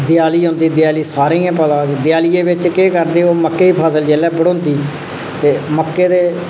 देआली औंदी देआली सारें ई पता कि देआली बिच केह् करदे कि जेह्की फसल जिसलै बढ़ोंदी ते मक्कें दे